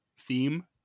theme